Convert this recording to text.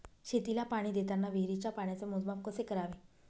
शेतीला पाणी देताना विहिरीच्या पाण्याचे मोजमाप कसे करावे?